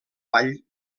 vall